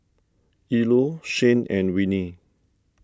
Ilo Shane and Winnie